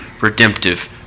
redemptive